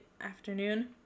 afternoon